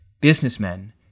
Businessmen